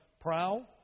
Prowl